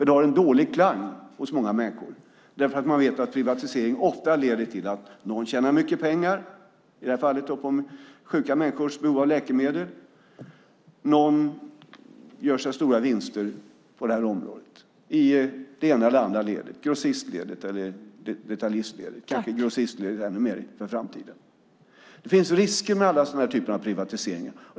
Det har en dålig klang för många människor eftersom man vet att privatisering ofta leder till att någon tjänar mycket pengar - i det här fallet på sjuka människors behov av läkemedel. Någon gör stora vinster på det här området i det ena eller andra ledet - grossistledet eller detaljistledet. I det här fallet gäller det kanske grossistledet ännu mer i framtiden. Det finns risker med all privatisering.